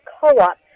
co-op